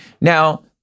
now